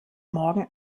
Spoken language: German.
morgen